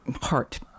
heart